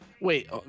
Wait